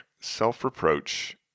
self-reproach